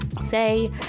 Say